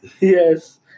yes